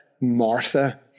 Martha